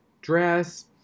dress